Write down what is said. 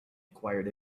acquired